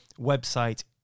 website